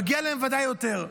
מגיע להן ודאי יותר.